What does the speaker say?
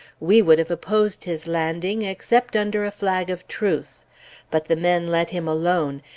we would have opposed his landing except under a flag of truce but the men let him alone,